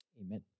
amen